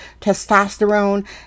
testosterone